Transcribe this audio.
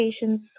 patients